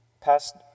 past